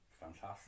fantastic